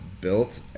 built